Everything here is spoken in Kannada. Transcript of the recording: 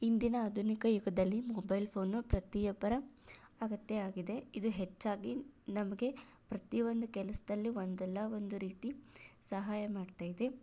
ಇಂದಿನ ಆಧುನಿಕ ಯುಗದಲ್ಲಿ ಮೊಬೆಲ್ ಫೋನ್ ಪ್ರತಿಯೊಬ್ಬರ ಅಗತ್ಯ ಆಗಿದೆ ಇದು ಹೆಚ್ಚಾಗಿ ನಮಗೆ ಪ್ರತಿಯೊಂದು ಕೆಲಸದಲ್ಲೂ ಒಂದಲ್ಲ ಒಂದು ರೀತಿ ಸಹಾಯ ಮಾಡ್ತಾಯಿದೆ